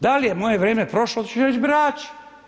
Dal' je moje vrijeme prošlo, to će reći birači.